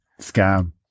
scam